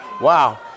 Wow